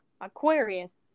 Aquarius